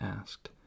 asked